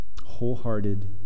wholehearted